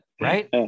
Right